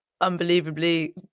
unbelievably